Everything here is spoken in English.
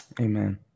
Amen